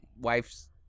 wife's